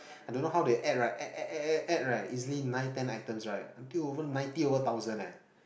I don't know how they add right add add add add add right easily nine ten items right until over ninety over thousand eh